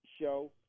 show